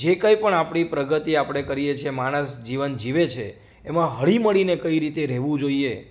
જે કંઈ પણ આપણી પ્રગતિ આપણે કરીએ છીએ માણસ જીવન જીવે છે એમાં હળીમળીને કઈ રીતે રહેવું જોઈએ